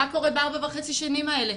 מה קורה בארבע וחצי שנים האלה?